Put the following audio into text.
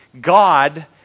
God